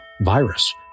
virus